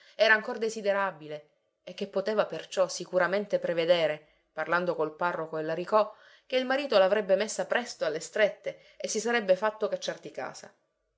era ancor desiderabile e che poteva perciò sicuramente prevedere parlando col parroco e l'aricò che il marito l'avrebbe messa presto alle strette e si sarebbe fatto cacciar di casa